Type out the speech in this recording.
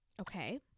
Okay